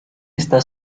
está